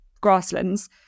grasslands